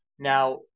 Now